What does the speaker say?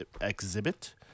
exhibit